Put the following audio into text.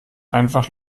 einfach